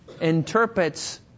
interprets